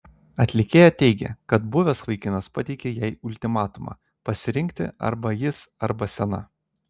atlikėja teigė kad buvęs vaikinas pateikė jai ultimatumą pasirinkti arba jis arba scena